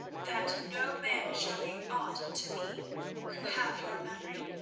that no man shall be aught to me who have your memory,